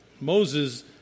Moses